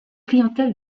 clientèle